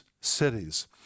cities